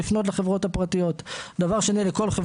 כלומר,